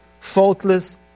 faultless